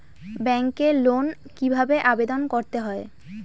ব্যাংকে লোন কিভাবে আবেদন করতে হয়?